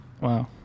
Wow